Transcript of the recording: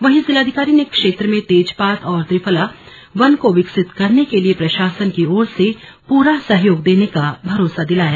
वहीं जिलाधिकारी ने क्षेत्र में तेजपात और त्रिफला वन को विकसित करने के लिए प्रशासन की ओर से पूरा सहयोग देने का भरोसा दिलाया